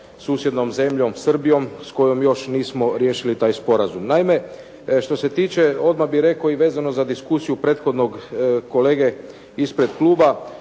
susjednom zemljom Srbijom s kojom još nismo riješili taj sporazum. Naime, što se tiče odmah bih rekao i vezano za diskusiju prethodnog kolege ispred kluba.